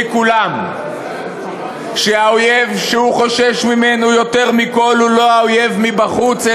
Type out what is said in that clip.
כולם שהאויב שהוא חושש ממנו יותר מכול הוא לא האויב מבחוץ,